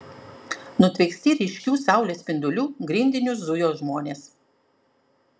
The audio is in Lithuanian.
nutvieksti ryškių saulės spindulių grindiniu zujo žmonės